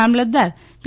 મામલતદાર પી